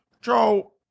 Joe